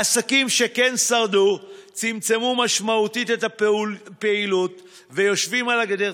העסקים שכן שרדו צמצמו משמעותית את הפעילות ויושבים על הגדר,